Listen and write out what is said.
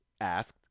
asked